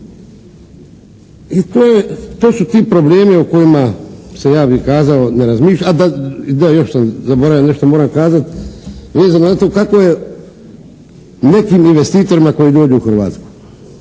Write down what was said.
to su ti problemi o kojima se, ja bi kazao, ne razmišlja, a da, još sam zaboravio da nešto moram kazati, vezano za to kako je nekim investitorima koji dođu u Hrvatsku.